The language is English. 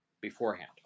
beforehand